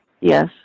Yes